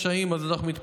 מה חז"ל אמרו?